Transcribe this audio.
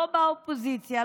לא באופוזיציה,